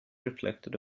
reflected